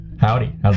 Howdy